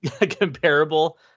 comparable